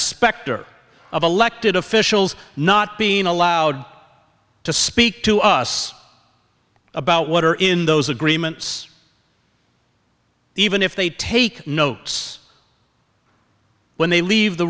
specter of elected officials not being allowed to speak to us about what are in those agreements even if they take notes when they leave the